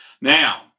Now